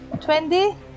Twenty